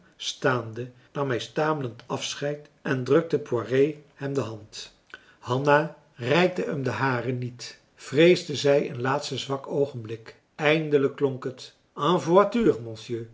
staande nam hij stamelend afscheid en drukte poiré hem de hand hanna reikte hem de hare niet vreesde zij een laatst zwak oogenblik eindelijk klonk het